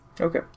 Okay